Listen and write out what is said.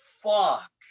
fuck